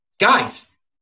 guys